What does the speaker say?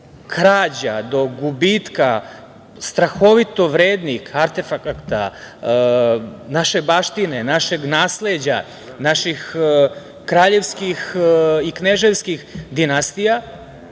do gubitka strahovito vrednih artefakata naše baštine, našeg nasleđa, naših kraljevskih i kneževskih dinastija